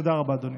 תודה רבה, אדוני.